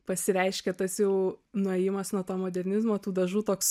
pasireiškia tas jau nuėjimas nuo to modernizmo tų dažų toks